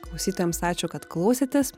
klausytojams ačiū kad klausėtės